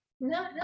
no